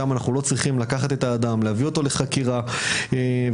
שם לא צריך לקחת את האדם לחקירה ולעשות